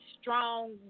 strong